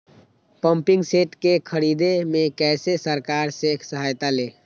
Pumping set के ख़रीदे मे कैसे सरकार से सहायता ले?